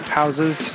houses